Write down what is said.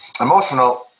emotional